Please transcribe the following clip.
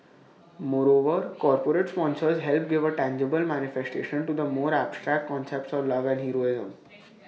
moreover corporate sponsors help give A tangible manifestation to the more abstract concepts of love and heroism